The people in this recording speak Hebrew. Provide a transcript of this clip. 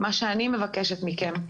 מה שאני מבקשת מכם,